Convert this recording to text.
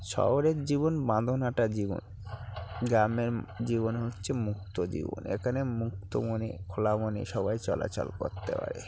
শহরের জীবন বাঁধন আঁটা জীবন গ্রামের জীবন হচ্ছে মুক্ত জীবন এখানে মুক্ত মনে খোলা মনে সবাই চলাচল করতে পারে